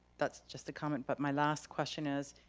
that's just a comment. but my last question is,